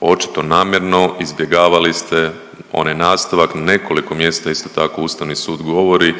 očito namjerno izbjegavali ste onaj nastavak na nekoliko mjesta. Isto tako Ustavni sud govori